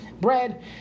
bread